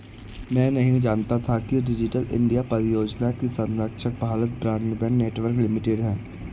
मैं नहीं जानता था कि डिजिटल इंडिया परियोजना की संरक्षक भारत ब्रॉडबैंड नेटवर्क लिमिटेड है